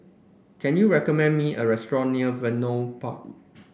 can you recommend me a restaurant near Vernon Park